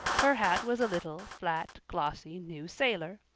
her hat was a little, flat, glossy, new sailor,